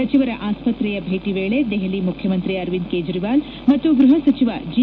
ಸಚಿವರ ಆಸ್ವತ್ರೆಯ ಭೇಟಿ ವೇಳೆ ದೆಹಲಿ ಮುಖ್ಯಮಂತ್ರಿ ಅರವಿಂದ್ ಕೇಜ್ರಿವಾಲ್ ಮತ್ತು ಗ್ಬಹ ಸಚಿವ ಜಿ